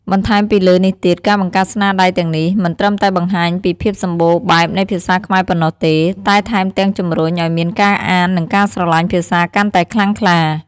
បន្ថែមពីលើនេះទៀតការបង្កើតស្នាដៃទាំងនេះ មិនត្រឹមតែបង្ហាញពីភាពសម្បូរបែបនៃភាសាខ្មែរប៉ុណ្ណោះទេ តែថែមទាំងជំរុញឱ្យមានការអាន និងការស្រឡាញ់ភាសាកាន់តែខ្លាំងក្លា។